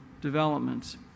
developments